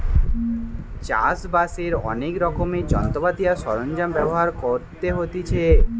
চাষ বাসের অনেক রকমের যন্ত্রপাতি আর সরঞ্জাম ব্যবহার করতে হতিছে